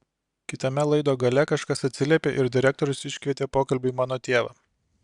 kitame laido gale kažkas atsiliepė ir direktorius iškvietė pokalbiui mano tėvą